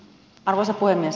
arvoisa puhemies